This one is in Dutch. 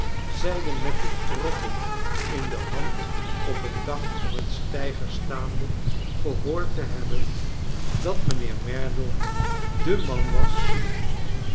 met den troffel in de hand op een dak of een steiger staande gehoord te hebben dat mijnheer merdle de man was